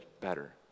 better